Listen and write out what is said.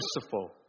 merciful